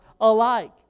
alike